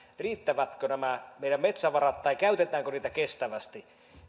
riittävätkö nämä meidän metsävarat tai käytetäänkö niitä kestävästi